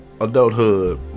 adulthood